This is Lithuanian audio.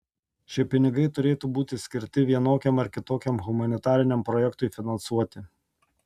šie pinigai turėtų būti skirti vienokiam ar kitokiam humanitariniam projektui finansuoti